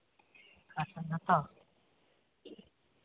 ᱟᱪᱪᱷᱟ ᱱᱤᱛᱚᱜ